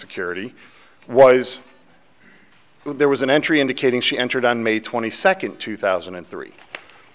security was there was an entry indicating she entered on may twenty second two thousand and three